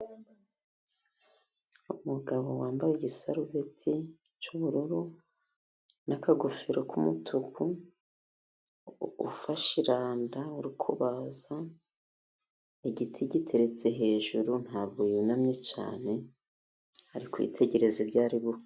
Umugabo wambaye igisarubeti cy'ubururu n'akagofero k'umutuku, ufashe iranda uri kubaza igiti giteretse hejuru, ntabwo yunamye cyane, ari kwitegereza ibyo ari gukora.